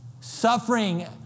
suffering